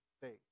faith